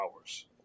hours